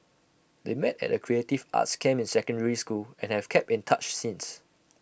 they met at A creative arts camp in secondary school and have kept in touch since